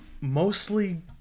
mostly